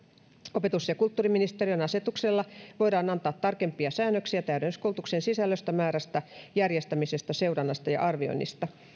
opetus ja kulttuuriministeriön asetuksella voidaan antaa tarkempia säännöksiä täydennyskoulutuksen sisällöstä määrästä järjestämisestä seurannasta ja arvioinnista